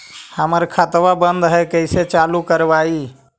हमर खतवा बंद है कैसे चालु करवाई?